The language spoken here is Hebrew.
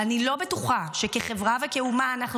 אבל אני לא בטוחה שכחברה וכאומה אנחנו